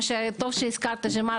טוב שהזכרת שמה,